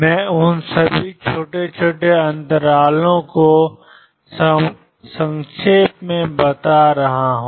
मैं उन सभी छोटे छोटे अंतरालों को संक्षेप में बता रहा हूं